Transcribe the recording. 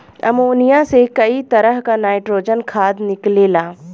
ammonia से कई तरह क नाइट्रोजन खाद निकलेला